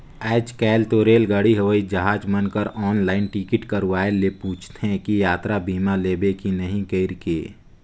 आयज कायल तो रेलगाड़ी हवई जहाज मन कर आनलाईन टिकट करवाये ले पूंछते कि यातरा बीमा लेबे की नही कइरके